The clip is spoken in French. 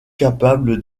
capable